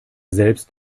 selbst